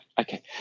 Okay